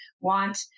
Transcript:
want